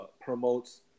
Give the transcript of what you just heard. promotes